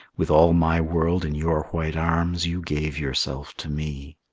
with all my world in your white arms you gave yourself to me.